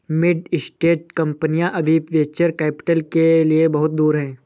mid stage कंपनियां अभी venture capital के लिए बहुत दूर हैं